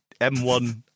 M1